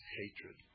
hatred